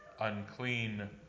unclean